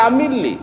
תאמין לי.